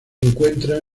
encuentra